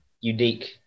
unique